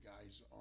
guys